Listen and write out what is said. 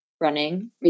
running